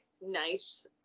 nice